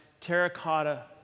terracotta